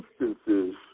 instances